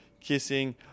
kissing